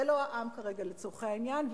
זה לא העם כרגע לצורכי העניין,